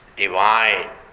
divine